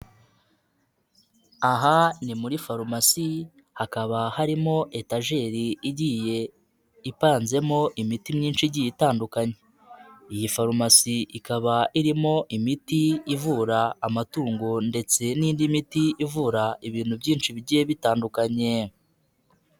Aha ni muri farumasi hakaba harimo etajeri igiye ipanzemo imiti myinshi igiye itandukanye. Iyi farumasi ikaba irimo imiti ivura amatungo ndetse n'indi miti ivura ibintu byinshi bigiye bitandukanye.